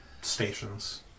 stations